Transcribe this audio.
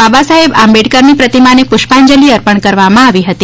બાબાસાહેબ આંબેડકરની પ્રતિમાને પૃષ્પાંજલી અર્પણ કરવામાં આવી હતી